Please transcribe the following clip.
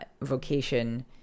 vocation